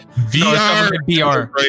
VR